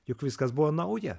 juk viskas buvo nauja